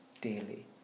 Daily